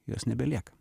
jos nebelieka